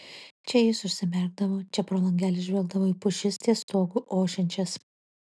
čia jis užsimerkdavo čia pro langelį žvelgdavo į pušis ties stogu ošiančias